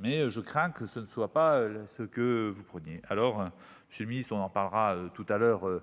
Mais je crains que ce ne soit pas ce que vous preniez alors Monsieur le ministre, on en parlera tout à l'heure